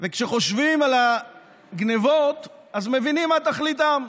כשחושבים על הגנבות מבינים מה תכליתן,